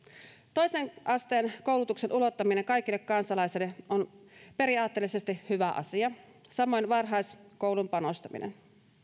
toisen asteen koulutuksen ulottaminen kaikille kansalaisille on periaatteellisesti hyvä asia samoin varhaiskouluun panostaminen